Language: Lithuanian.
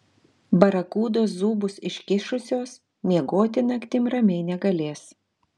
barakudos zūbus iškišusios miegoti naktim ramiai negalės